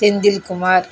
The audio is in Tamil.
செந்தில்குமார்